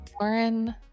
Lauren